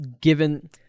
given